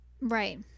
Right